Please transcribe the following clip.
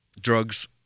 drugs